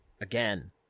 again